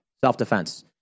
self-defense